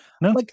no